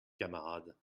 camarade